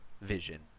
vision